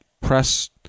press